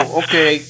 okay